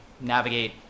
navigate